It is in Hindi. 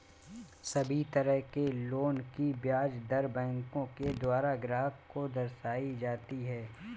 सभी तरह के लोन की ब्याज दर बैंकों के द्वारा ग्राहक को दर्शाई जाती हैं